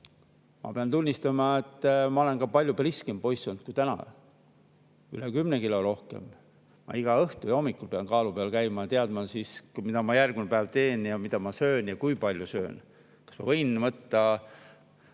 Ma pean tunnistama, et ma olen ka palju priskem poiss olnud kui täna, üle kümne kilo rohkem. Ma igal õhtul ja hommikul pean kaalu peal käima ja teadma, mida ma järgmine päev teen ja mida ma söön ja kui palju söön. Kas ma võin võtta